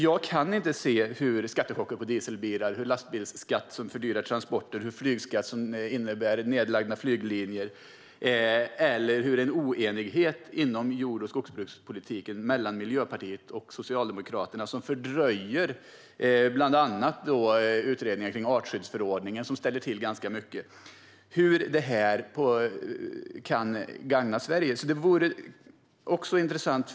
Jag kan inte se hur skattechocker på dieselbilar, lastbilsskatt som fördyrar transporter, flygskatt som innebär nedlagda flyglinjer eller oenighet inom jord och skogsbrukspolitiken mellan Miljöpartiet och Socialdemokraterna, som fördröjer bland annat utredningar om artskyddsförordningen och ställer till det ganska mycket, kan gagna Sverige.